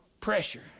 pressure